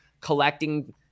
collecting